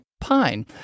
pine